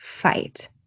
fight